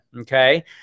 Okay